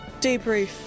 debrief